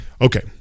Okay